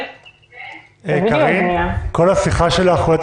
כחול לבן